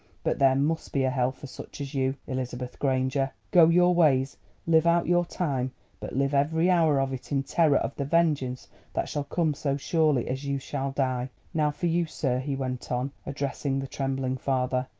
but there must be a hell for such as you, elizabeth granger. go your ways live out your time but live every hour of it in terror of the vengeance that shall come so surely as you shall die. now for you, sir, he went on, addressing the trembling father.